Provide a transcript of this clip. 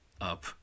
up